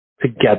together